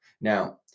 Now